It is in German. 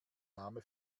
name